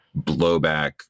blowback